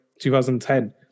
2010